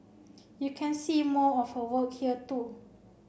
you can see more of her work here too